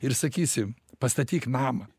ir sakysim pastatyk namą